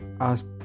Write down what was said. ask